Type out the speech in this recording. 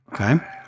Okay